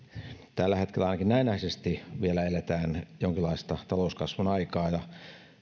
tällä hetkellä ainakin näennäisesti vielä eletään jonkinlaista talouskasvun aikaa ja